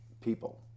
people